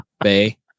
bay